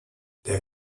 der